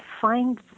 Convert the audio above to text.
find